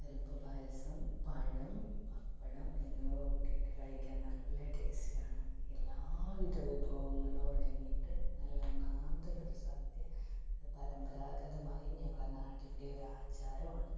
പരിപ്പ് പായസം പഴം പപ്പടം എന്നിവ കുട്ടിയിട്ട് കഴിക്കാൻ നല്ല ടേസ്റ്റ് ആണ് എല്ലാാ വിധ വിഭവങ്ങളുമടങ്ങിയിട്ട് നല്ല ഒന്നാന്തരം ഒരു സദ്യ പരമ്പരാഗതമായി ഞങ്ങളെ നാടിൻ്റെ ഒരു ആചാരം ആണ്